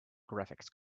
graphics